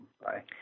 Bye